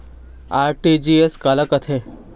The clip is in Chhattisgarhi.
आर.टी.जी.एस काला कथें?